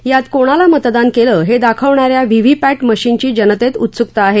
यात कोणाला मतदान केलं हे दाखवणाऱ्या व्हीव्हीपॅट मशीनची जनतेत उत्सुकता आहे